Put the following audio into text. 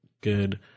good –